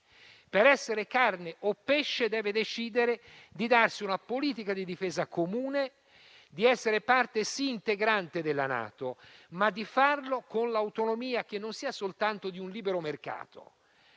Per essere carne o pesce deve decidere di darsi una politica di difesa comune; di essere parte sì integrante della NATO, ma di farlo con l'autonomia che sia non soltanto quella di un libero mercato,